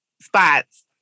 spots